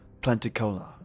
planticola